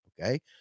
Okay